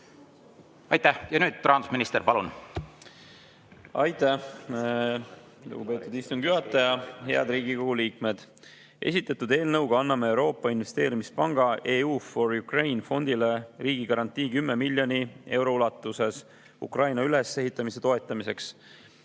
Aitäh! Nüüd rahandusminister, palun! Aitäh, lugupeetud istungi juhataja! Head Riigikogu liikmed! Esitatud eelnõuga anname Euroopa Investeerimispanga EU4U fondile riigigarantii 10 miljoni euro ulatuses Ukraina ülesehitamise toetamiseks.